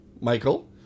Michael